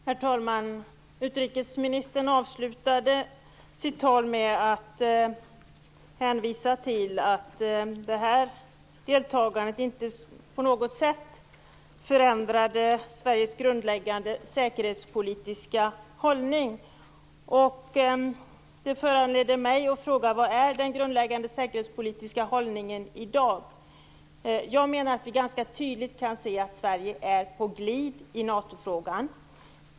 Herr talman! Utrikesministern avslutade sitt tal med att hänvisa till att detta deltagande inte på något sätt förändrar Sveriges grundläggande säkerhetspolitiska hållning. Det föranleder mig att fråga vad den grundläggande säkerhetspolitiska hållningen i dag är. Jag menar att vi ganska tydligt kan se att Sverige är på glid i NATO-frågan.